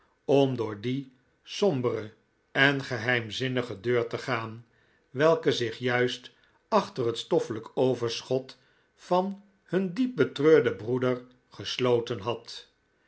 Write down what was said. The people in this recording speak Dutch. door die sombere en geheimzinnige deur te gaan welke zich juist achter het stoffelijk overschot van hun diep betreurden breeder gesloten had